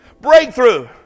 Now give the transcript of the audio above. Breakthrough